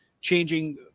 changing